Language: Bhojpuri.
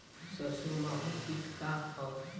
सरसो माहु किट का ह?